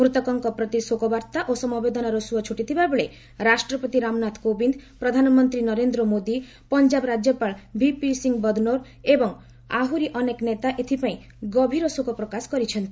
ମୃତକଙ୍କ ପ୍ରତି ଶୋକବାର୍ତ୍ତା ଓ ସମବେଦନାର ସୁଅ ଛୁଟିଥିବାବେଳେ ରାଷ୍ଟ୍ରପତି ରାମନାଥ କୋବିନ୍ଦ୍ ପ୍ରଧାନମନ୍ତ୍ରୀ ନରେନ୍ଦ୍ର ମୋଦି ପଞ୍ଜାବ ରାଜ୍ୟପାଳ ଭିପି ସିଂ ବଦ୍ନୋର୍ ଏବଂ ଆହୁରି ଅନେକ ନେତା ଏଥିପାଇଁ ଗଭୀର ଶୋକ ପ୍ରକାଶ କହିଛନ୍ତି